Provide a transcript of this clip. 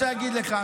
אני רוצה להגיד לך,